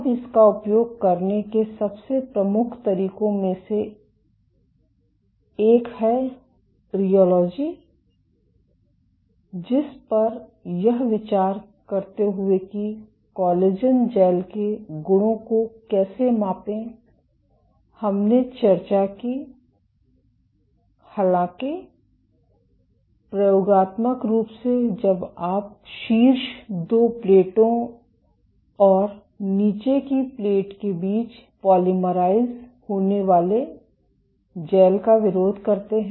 अब इसका उपयोग करने के सबसे प्रमुख तरीकों में से एक है रियोलॉजी जिस पर यह विचार करते हुए कि कोलेजन जैल के गुणों को कैसे मापें हमने चर्चा की हालाँकि प्रयोगात्मक रूप से जब आप शीर्ष दो प्लेटों और नीचे की प्लेट के बीच पॉलीमराइज़ होने वाले जैल का विरोध करते हैं